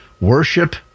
worship